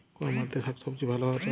কোন মাটিতে শাকসবজী ভালো চাষ হয়?